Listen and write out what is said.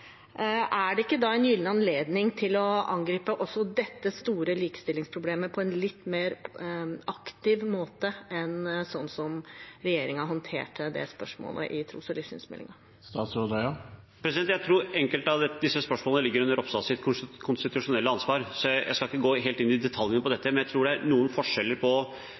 er det ikke da en gyllen anledning til å angripe også dette store likestillingsproblemet på en litt mer aktiv måte enn sånn som regjeringen håndterte det spørsmålet i tros- og livssynsmeldingen? Jeg tror enkelte av disse spørsmålene ligger under Ropstads konstitusjonelle ansvar, så jeg skal ikke gå helt inn i detaljene på dette. Jeg tror det er noen forskjeller